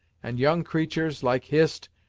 and young creatur's, like hist,